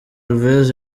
alves